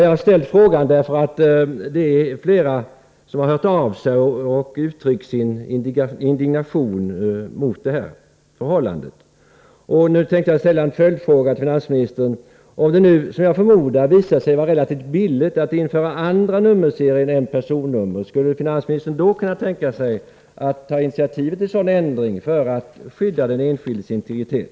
Jag har ställt frågan därför att flera personer har hört av sig och uttryckt sin indignation mot det här förhållandet. Nu vill jag ställa en följdfråga till finansministern: Om det, som jag förmodar, visar sig vara relativt billigt att införa andra nummerserier än personnummer, skulle finansministern då kunna tänka sig att ta initiativet till en sådan ändring för att skydda den enskildes integritet?